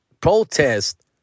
protest